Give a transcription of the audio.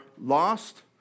lost